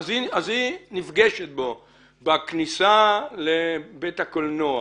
היא נניח נפגשת איתו בכניסה לבית הקולנוע